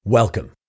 Welcome